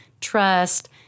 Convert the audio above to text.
trust